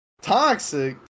Toxic